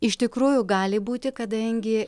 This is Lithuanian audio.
iš tikrųjų gali būti kadangi